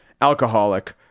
alcoholic